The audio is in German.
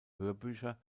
hörbücher